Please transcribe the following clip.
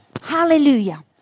Hallelujah